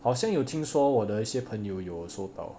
好像有听说我的一些朋友有收到